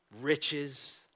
riches